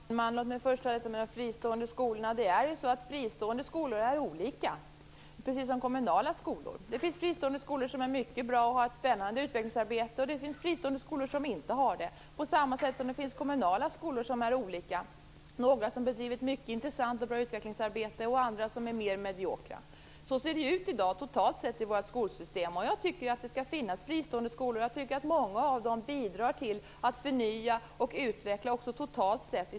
Fru talman! Låt mig först ta de fristående skolorna. Det är ju så att fristående skolor är olika - precis som kommunala skolor. Det finns fristående skolor som är mycket bra och har ett spännande utvecklingsarbete, och det finns fristående skolor som inte har det. På samma sätt finns det kommunala skolor som är olika, några som bedriver ett mycket intressant och bra utvecklingsarbete och andra som är mer mediokra. Så ser det ut i dag, totalt sett, i vårt skolsystem. Jag tycker att det skall finnas fristående skolor. Jag tycker att många av dem bidrar till att förnya och utveckla skolsystemet.